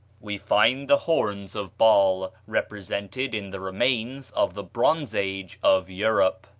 we find the horns of baal represented in the remains of the bronze age of europe.